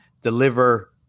deliver